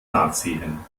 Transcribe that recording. nachsehen